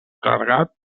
clergat